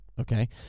Okay